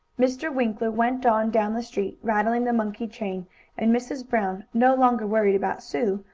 mr. winkler went on down the street, rattling the monkey-chain, and mrs. brown, no longer worried about sue,